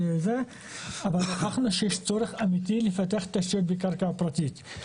ל -- -אבל הוכחנו שיש צורך אמיתי לפתח תשתיות בקרקע פרטית.